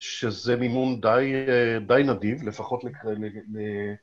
שזה מימון די נדיב, לפחות ל...